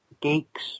geeks